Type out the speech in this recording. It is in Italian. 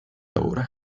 ore